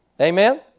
Amen